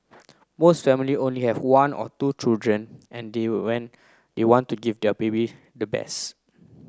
most family only have one or two children and they when they want to give their baby the best